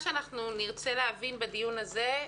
אנחנו נרצה להבין בדיון הזה,